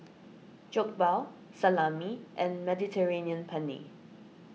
Jokbal Salami and Mediterranean Penne